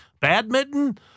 badminton